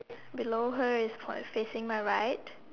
below her is facing my right